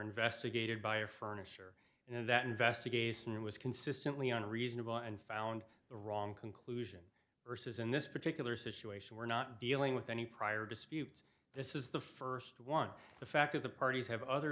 investigated by or furniture and that investigation was consistently on a reasonable and found the wrong conclusion versus in this particular situation we're not dealing with any prior disputes this is the first one the fact of the parties have other